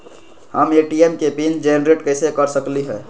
हम ए.टी.एम के PIN generate कईसे कर सकली ह?